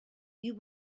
you